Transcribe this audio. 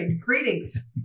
Greetings